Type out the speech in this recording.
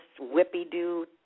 whippy-do